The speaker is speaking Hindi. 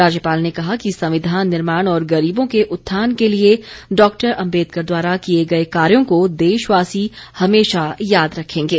राज्यपाल ने कहा कि संविधान निर्माण और गरीबों के उत्थान के लिए डॉक्टर अम्बेदकर द्वारा किए गए कार्यों को देशवासी हमेशा याद रखेंगे